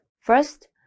First